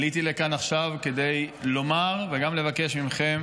עליתי לכאן עכשיו כדי לומר וגם לבקש מכם